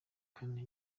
kane